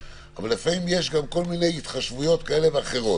אבל לפעמים יש גם כול מיני התחשבויות כאלה ואחרות.